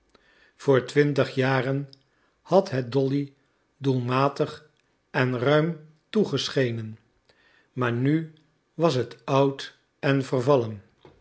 voor twintig jaren had het dolly doelmatig en ruim toegeschenen maar nu was het oud en vervallen